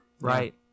Right